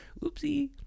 Oopsie